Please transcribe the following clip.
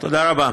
תודה רבה.